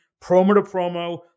promo-to-promo